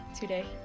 today